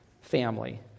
family